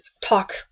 talk